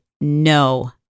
no